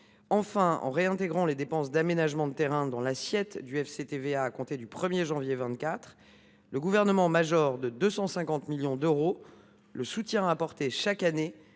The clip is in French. Enfin, en réintégrant les dépenses d’aménagement de terrains dans l’assiette du FCTVA à compter du 1 janvier 2024, le Gouvernement majore de 250 millions d’euros le soutien apporté chaque année